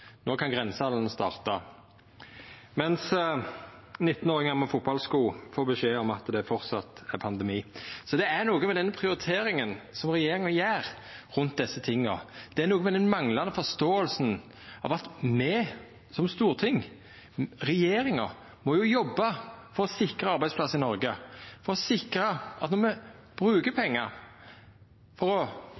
kan grensehandelen starta, mens 19-åringar med fotballsko får beskjed om at det framleis er pandemi. Så det er noko med den prioriteringa som regjeringa gjer rundt desse tinga, det er noko med den manglande forståinga av at me som storting og regjeringa må jobba for å sikra arbeidsplassar i Noreg, for å sikra at når me bruker pengar for å